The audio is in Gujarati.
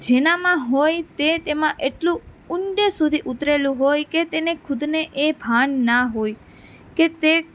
જેનામાં હોય તે તેમાં એટલું ઉંડે સુધી ઉતરેલું હોય કે તેને ખુદને એ ભાન ના હોય કે તે